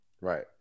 Right